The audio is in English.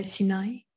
Sinai